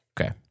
Okay